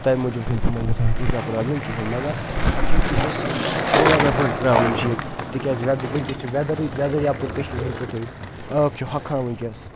تَمہِ موٗجوٗب چھِنہٕ تِمَن گژھان تیٖژاہ پرٛابلِم کِہیٖنۍ مگر یہِ چھِ یہِ گژھِ واریاہ بٔڑ پرٛابلِم چھِ یہِ تِکیازِ وید وٕنۍکٮ۪س چھِ ویدَرٕے ویدَر یَپٲرۍ کٔشیٖرِ ہُنٛد تِتھُے آب چھُ ہۄکھان وٕنۍکٮ۪س